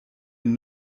den